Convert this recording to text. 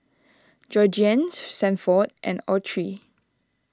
Georgiann Sanford and Autry